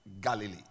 Galilee